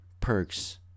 perks